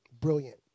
Brilliant